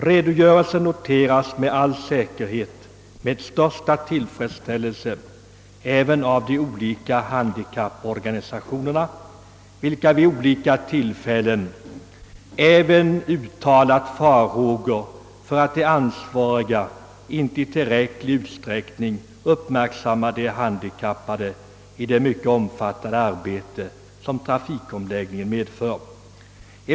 Redogörelsen noteras säkert med största tillfredsställelse också av handikapporganisationerna, vilka vid olika tillfällen har uttalat farhågor för att de ansvariga inte i tillräcklig utsträckning uppmärksammar de handikappade vid det mycket omfattande arbete som trafikomläggningen medför.